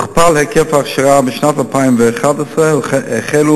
הוכפל היקף ההכשרה, ובשנת 2011 החלו